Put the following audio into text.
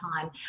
time